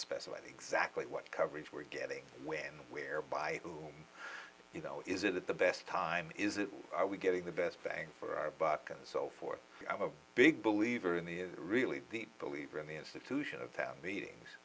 specify exactly what coverage we're getting when where by you know is it the best time is it are we getting the best bang for our buck and so forth i'm a big believer in the really believe in the institution of town meetings